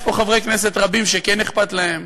יש פה חברי כנסת רבים שכן אכפת להם,